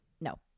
No